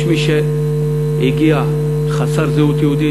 יש מי שהגיע חסר זהות יהודית.